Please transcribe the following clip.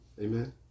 Amen